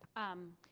um,